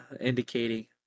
indicating